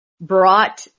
brought